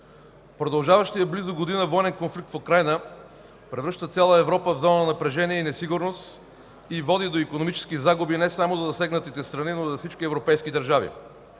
„Продължаващият близо година военен конфликт в Украйна превръща цяла Европа в зона на напрежение и несигурност и води до икономически загуби не само за засегнатите страни, но и за всички европейски държави.